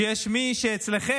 שיש מי שאצלכם,